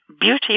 beauty